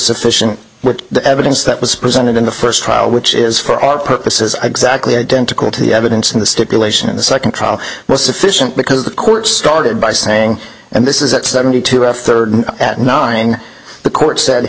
sufficient with the evidence that was presented in the first trial which is for our purposes i exactly identical to the evidence in the stipulation in the second trial was sufficient because the court started by saying and this is at seventy two or thirty nine the court said